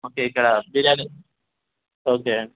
okay ఇక్కడ biryani okay